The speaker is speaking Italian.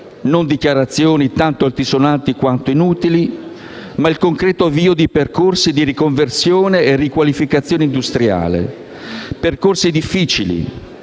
non dichiarazioni tanto altisonanti quanto inutili, ma il concreto avvio di percorsi di riconversione e riqualificazione industriale. Si tratta di percorsi difficili,